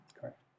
Correct